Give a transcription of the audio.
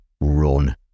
run